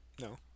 No